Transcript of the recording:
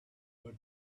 but